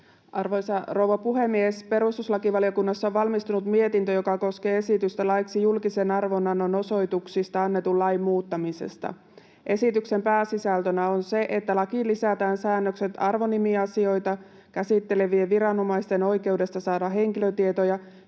Arvoisa rouva puhemies! Perustuslakivaliokunnassa on valmistunut mietintö, joka koskee esitystä laiksi julkisen arvonannon osoituksista annetun lain muuttamisesta. Esityksen pääsisältönä on se, että lakiin lisätään säännökset arvonimiasioita käsittelevien viranomaisten oikeudesta saada henkilötietoja,